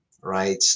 right